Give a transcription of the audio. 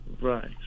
right